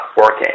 working